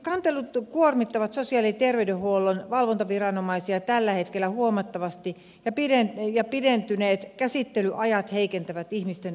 kantelut kuormittavat sosiaali ja terveydenhuollon valvontaviranomaisia tällä hetkellä huomattavasti ja pidentyneet käsittelyajat heikentävät ihmisten oikeusturvaa